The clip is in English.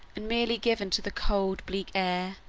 and merely given to the cold, bleak air.